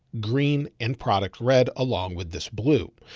green, and product red along with this bloop.